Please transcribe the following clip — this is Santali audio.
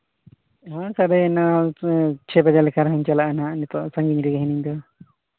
ᱪᱟᱹᱨ ᱵᱟᱡᱟ ᱞᱮᱠᱟ ᱪᱟᱞᱟᱜ ᱟᱹᱧ ᱱᱟᱦᱟᱜ ᱱᱤᱛᱚᱜ ᱥᱟ ᱜᱤᱧ ᱨᱮᱜᱮ ᱦᱤᱱᱟᱹᱧ ᱫᱚ